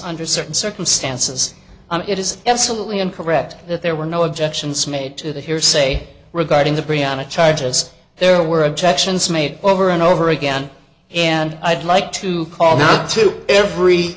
under certain circumstances and it is absolutely incorrect that there were no objections made to the hearsay regarding the briana charges there were objections made over and over again and i'd like to call them to every